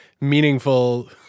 meaningful